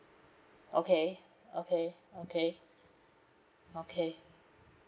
okay okay okay okay